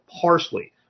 parsley